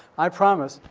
i promise,